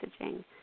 messaging